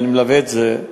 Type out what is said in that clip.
ואני מלווה את זה,